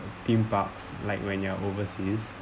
theme parks like when you're overseas